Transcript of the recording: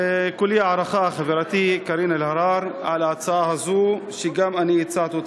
כולי הערכה לחברתי קארין אלהרר על ההצעה הזאת שגם אני הצעתי,